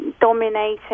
dominating